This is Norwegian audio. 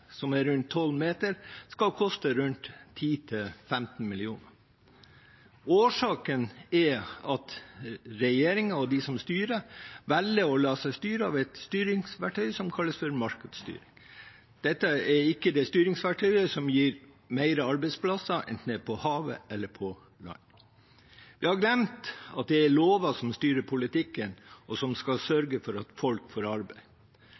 som er rundt 12 meter, skal koste fra 10 mill. kr til 15 mill. kr? Årsaken er at regjeringen og de som styrer, velger å la seg styre av et styringsverktøy som kalles for markedsstyring. Dette er ikke det styringsverktøyet som gir flere arbeidsplasser, enten det er på havet eller på land. En har glemt at det er lover som styrer politikken, og som skal sørge for at folk får arbeid.